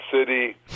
city